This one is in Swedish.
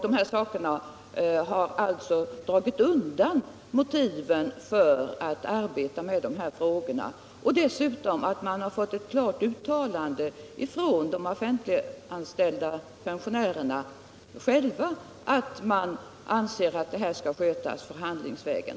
Dessa förhållanden har undanröjt motiven för att arbeta med dessa frågor. Det har dessutom gjorts ett klart uttalande från de offentliganställda pensionärerna själva om att de anser att detta spörsmål skall skötas förhandlingsvägen.